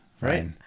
Right